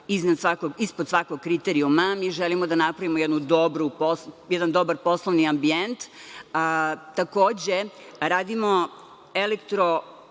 ispod svakog kriterijuma. Mi želimo da napravimo jedan dobar poslovni ambijent. Takođe, redimo